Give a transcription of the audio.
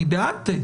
אני בעד סעיף (ט).